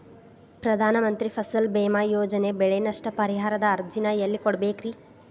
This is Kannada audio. ಪ್ರಧಾನ ಮಂತ್ರಿ ಫಸಲ್ ಭೇಮಾ ಯೋಜನೆ ಬೆಳೆ ನಷ್ಟ ಪರಿಹಾರದ ಅರ್ಜಿನ ಎಲ್ಲೆ ಕೊಡ್ಬೇಕ್ರಿ?